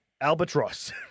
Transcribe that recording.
Albatross